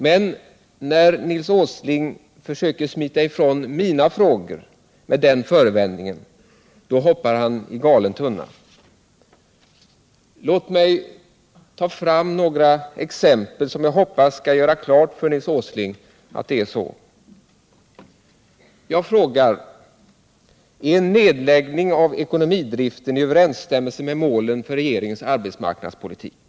Men när Nils Åsling försöker smita ifrån mina frågor med den förevändningen hoppar han i galen tunna. Låt mig ta fram några exempel, som jag hoppas skall göra klart för Nils Åsling att det är så. Jag frågar: Är nedläggningen av ekonomidriften i överensstämmelse med målen för regeringens arbetsmarknadspolitik?